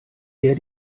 der